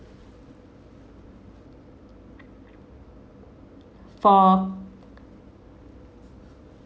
for